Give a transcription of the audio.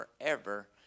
forever